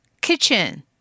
kitchen